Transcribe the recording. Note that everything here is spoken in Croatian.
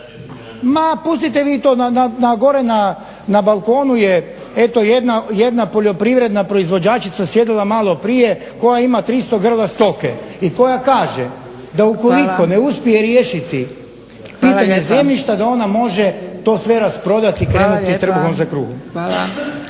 Ma pustite vi to. Gore na balkonu je eto jedna poljoprivredna proizvođačica sjedila malo prije koja ima 300 grla stoke i koja kaže da ukoliko ne uspije riješiti pitanje zemljišta da ona može to sve rasprodati i krenuti trbuhom za kruhom.